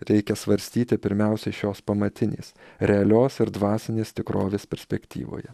reikia svarstyti pirmiausia šios pamatinės realios ir dvasinės tikrovės perspektyvoje